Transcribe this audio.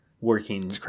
Working